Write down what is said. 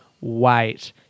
wait